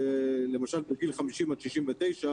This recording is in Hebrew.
זה למשל מגיל 50 עד 69,